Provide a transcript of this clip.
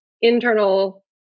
internal